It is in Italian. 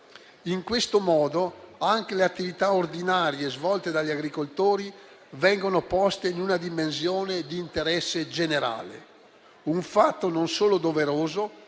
In questo modo, anche le attività ordinarie svolte dagli agricoltori vengono poste in una dimensione di interesse generale: un fatto non solo doveroso,